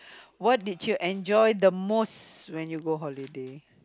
what did you enjoy the most when you go holiday